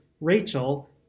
Rachel